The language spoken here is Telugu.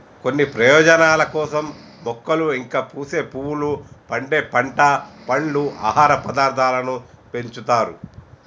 కొన్ని ప్రయోజనాల కోసం మొక్కలు ఇంకా పూసే పువ్వులు, పండే పంట, పండ్లు, ఆహార పదార్థాలను పెంచుతారు